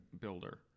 builder